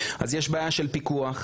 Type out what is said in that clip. אז יש בעיה של פיקוח,